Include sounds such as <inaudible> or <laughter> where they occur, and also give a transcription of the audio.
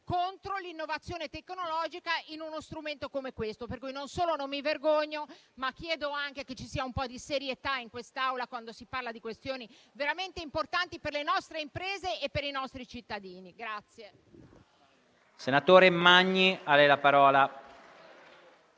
contro l'innovazione tecnologica in uno strumento come questo. Per cui non solo non mi vergogno, ma chiedo anche che ci sia un po' di serietà in quest'Aula quando si parla di questioni veramente importanti per le nostre imprese e per i nostri cittadini. <applause>